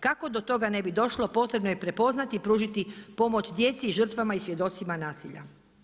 Kako do toga ne bi došlo, potrebno je prepoznati, pružiti pomoć djeci i žrtvama i svjedocima nasilja.